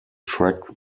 track